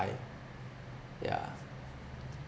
yeah